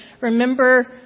remember